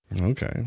Okay